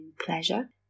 pleasure